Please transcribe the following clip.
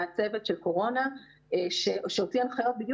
היה צוות של קורונה שהוציא הנחיות בדיוק